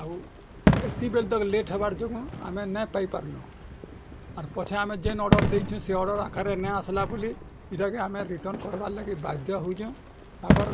ଆଉ ଏତ୍କି ବେଲ୍ ତ ଲେଟ୍ ହେବାର୍ ଯୋଗୁଁ ଆମେ ନା ପାଇ ପାର୍ଲୁଁ ଆର୍ ପଛେ ଆମେ ଯେନ୍ ଅର୍ଡ଼ର୍ ଦେଇଛୁଁଁ ସେ ଅର୍ଡ଼ର୍ ଆକାରେ ନାଏ ଆସ୍ଲା ବୋଲି ଏଇଟା କେ ଆମେ ରିଟର୍ନ୍ କର୍ବାର୍ ଲାଗି ବାଧ୍ୟ ହଉଛୁଁ ତାକର୍